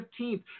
15th